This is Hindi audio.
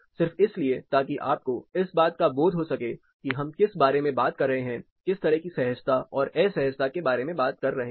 सिर्फ इसलिए ताकि आपको इस बात का बोध हो सके कि हम किस बारे में बात कर रहे हैं किस तरह की सहजता और असहजता के बारे में बात कर रहे हैं